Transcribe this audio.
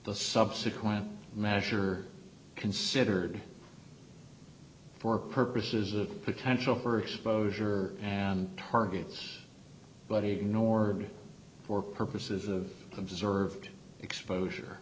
the subsequent measure considered for purposes of potential for exposure and targets but he ignored for purposes of observed exposure